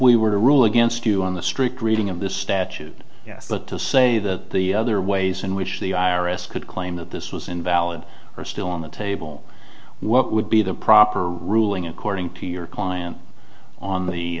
we were to rule against you in the strict reading of the statute yes but to say that the other ways in which the i r s could claim that this was invalid or still on the table what would be the proper ruling according to your client on the